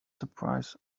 surprise